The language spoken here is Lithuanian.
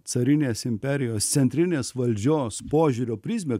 carinės imperijos centrinės valdžios požiūrio prizmę